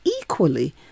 equally